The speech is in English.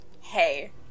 Hey